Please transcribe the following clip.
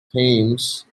thames